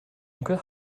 onkel